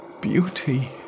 beauty